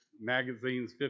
magazines